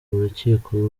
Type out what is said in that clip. rukiko